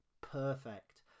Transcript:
Perfect